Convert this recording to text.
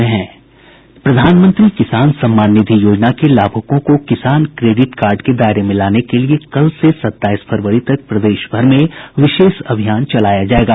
प्रधानमंत्री किसान सम्मान निधि योजना के लाभूकों को किसान क्रेडिट कार्ड के दायरे में लाने के लिए कल से सताईस फरवरी तक प्रदेश भर में विशेष अभियान चलाया जायेगा